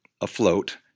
afloat